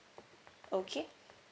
okay